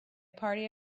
party